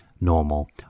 normal